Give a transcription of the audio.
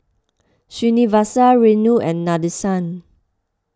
Srinivasa Renu and Nadesan